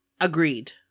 Agreed